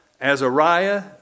Azariah